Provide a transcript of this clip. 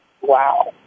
Wow